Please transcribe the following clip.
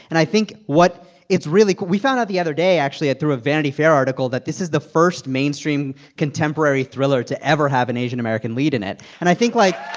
and i think what it's really we found out the other day actually through a vanity fair article that this is the first mainstream contemporary thriller to ever have an asian-american lead in it. and i think, like.